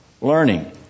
learning